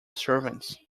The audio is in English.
servants